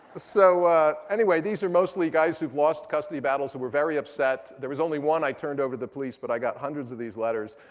so anyway, these are mostly guys who've lost custody battles who were very upset. there was only one i turned over to the police, but i got hundreds of these letters.